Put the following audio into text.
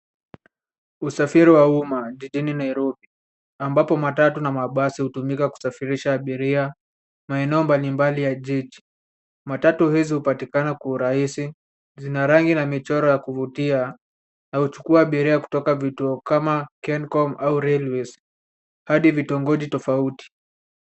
Usafiri wa umma jijini Nairobi ambapo matatu na mabasi hutumika kusafirisha abiria maeneo mbali mbali ya jiji. Matatu hizi hupatikana kwa urahisi. Zina rangi na michoro ya kuvutia na huchukua abiria kutoka vituo kama Kencom au railways hadi vitongoji tofauti.